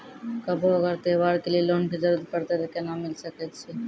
कभो अगर त्योहार के लिए लोन के जरूरत परतै तऽ केना मिल सकै छै?